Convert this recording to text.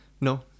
no